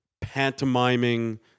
pantomiming